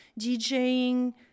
djing